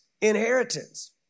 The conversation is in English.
inheritance